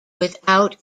without